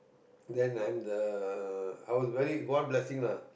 then I'm the I was very god blessing lah